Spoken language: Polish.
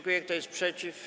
Kto jest przeciw?